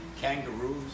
Kangaroos